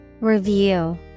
review